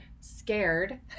scared